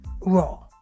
Raw